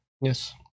Yes